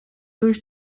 durch